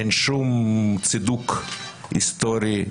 אין שום צידוק היסטורי,